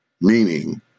Meaning